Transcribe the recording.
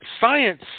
science